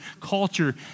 culture